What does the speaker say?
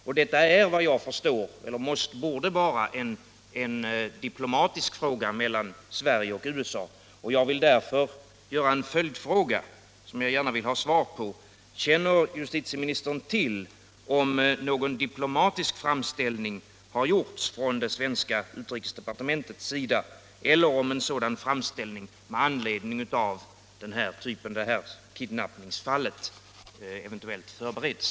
Såvitt jag förstår är detta eller borde vara en diplomatisk fråga mellan Sverige och USA. Jag vill därför ställa en följdfråga, som jag gärna vill ha svar på: Känner justitieministern till om någon diplomatisk framställning har gjorts från det svenska utrikesdepartementet eller om en sådan framställning med anledning av detta kidnappningsfall eventuellt förbereds?